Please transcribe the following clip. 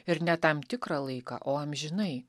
ir ne tam tikrą laiką o amžinai